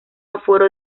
aforo